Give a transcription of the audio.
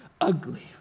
ugly